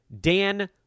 Dan